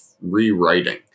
rewriting